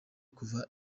kuva